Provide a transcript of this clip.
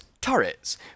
turrets